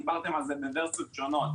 דיברתם על זה בוורסיות שונות.